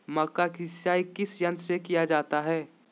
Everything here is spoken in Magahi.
मक्का की सिंचाई किस यंत्र से किया जाता है?